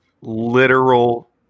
literal